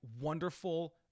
wonderful